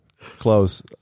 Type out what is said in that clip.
close